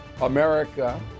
america